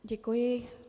Děkuji.